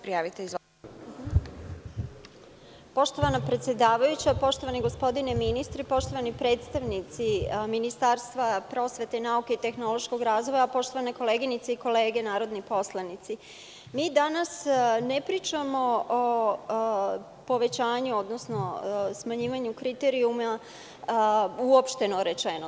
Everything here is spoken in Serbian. Poštovana predsedavajuća, poštovani gospodine ministre, poštovani predstavnici Ministarstva prosvete, nauke i tehnološkog razvoja, poštovane koleginice i kolege narodni poslanici, danas ne pričamo o povećanju odnosno smanjivanju kriterijuma uopšteno rečeno.